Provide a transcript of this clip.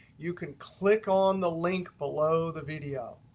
you can click on the link below the video.